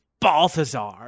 Balthazar